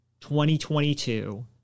2022